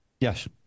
Yes